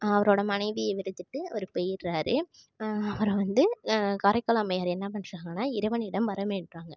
அவரோடய மனைவியை வெறுத்துவிட்டு அவரு போய்டறாரு அப்புறம் வந்து காரைக்கால் அம்மையார் என்ன பண்றாங்கனால் இறைவனிடம் வரம் வேண்டுறாங்க